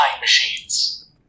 machines